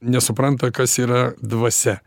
nesupranta kas yra dvasia